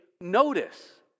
notice